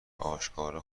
آشکارا